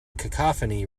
cacophony